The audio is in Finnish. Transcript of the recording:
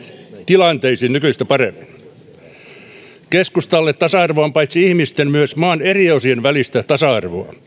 tilanteisiin nykyistä paremmin keskustalle tasa arvo on paitsi ihmisten myös maan eri osien välistä tasa arvoa